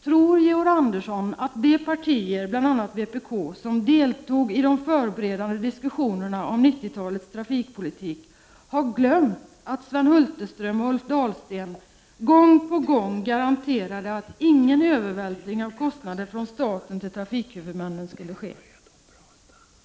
Tror Georg Andersson att de partier, bl.a. vpk, som deltog i de förberedande diskussionerna om 90-talets trafikpolitik, har glömt att Sven Hulterström och Ulf Dahlsten gång på gång garanterade att ingen övervältring av kostnader från staten till trafikhuvudmännen skulle ske?